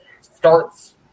starts